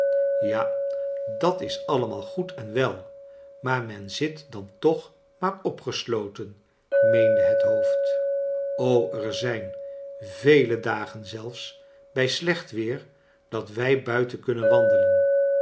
ja dat is allemaal goed en we maar men zit dan toch maar opgesloten meende het hoofd er zijn voei dagen zclfs bij slecht weer dat wij buitcn kunnen wandelen